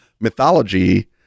mythology